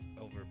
over